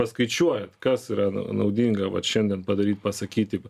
skaičiuojat kas yra n naudinga vat šiandien padaryt pasakyti